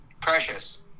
Precious